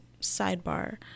Sidebar